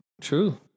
True